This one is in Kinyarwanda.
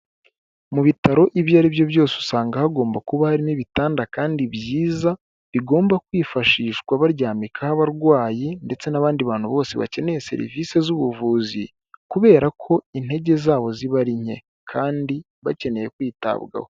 Mu bitaro ibyo aribyo byose usanga hagomba kuba harimo ibitanda kandi byiza, bigomba kwifashishwa baryamikaho abarwayi ndetse n'abandi bantu bose bakeneye serivisi z'ubuvuzi, kubera ko intege zabo ziba ari nke kandi bakeneye kwitabwaho.